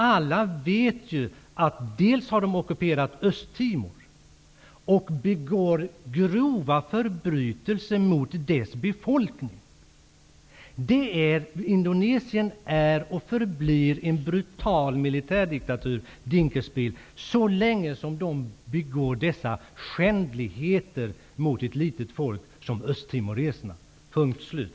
Alla vet att Indonesien har ockuperat Östtimor och begår grova förbrytelser mot dess befolkning. Indonesien är och förblir en brutal militärdiktatur, Ulf Dinkelspiel, så länge som man begår dessa skändligheter mot ett litet folk, nämligen östtimoreserna, punkt slut!